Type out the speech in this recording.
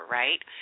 right